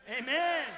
Amen